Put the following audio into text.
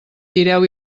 tireu